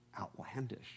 Outlandish